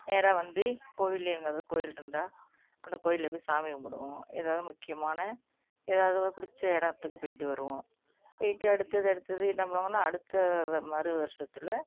நேராக வந்து கோவிலில் எங்கேயாது கோவில் இருந்தா அந்த கோயிலில் போய் சாமி கும்பிடுவோம் எதாவது முக்கியமான எதாவது ஒரு பிடிச்ச இடத்துக்கு போயிவிட்டு வருவோம் போயிவிட்டு அடுத்தது அடுத்தது என்ன பண்ணுவாங்கன்னா அடுத்த வ மறு வருஷத்தில்